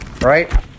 right